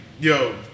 yo